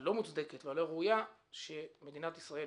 הלא מוצדקת והלא ראויה ממה שמדינת ישראל,